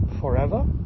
forever